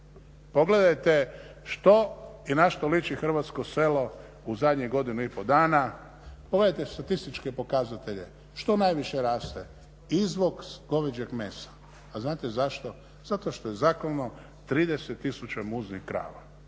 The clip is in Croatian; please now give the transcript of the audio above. Pogledajte što i na što liči hrvatsko selo u zadnjih godinu i pol dana. pogledajte statističke pokazatelje što najviše raste? Izvoz goveđeg mesa. A znate zašto? Zato što je zaklano 30 tisuća muznih krava.